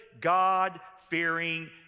God-fearing